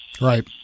Right